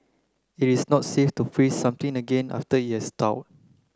it is not safe to freeze something again after it has thawed